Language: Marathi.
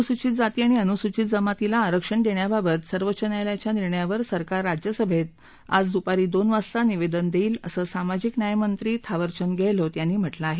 अनुसूचित जाती आणि अनुसूचित जमातीला आरक्षण देण्याबाबत सर्वोच्च न्यायालयाच्या निर्णयावर सरकार राज्यसभेत दुपारी दोन वाजता निवेदन देईल असं सामाजिक न्यायमंत्री थावरचंद गेहलोत यांनी म्हक्रीं आहे